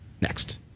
next